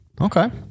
Okay